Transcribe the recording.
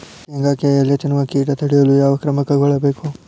ಶೇಂಗಾಕ್ಕೆ ಎಲೆ ತಿನ್ನುವ ಕೇಟ ತಡೆಯಲು ಯಾವ ಕ್ರಮ ಕೈಗೊಳ್ಳಬೇಕು?